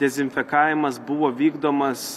dezinfekavimas buvo vykdomas